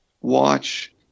Watch